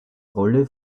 rolle